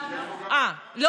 הוא יושב, אה, השר ליצמן.